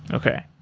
okay.